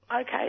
Okay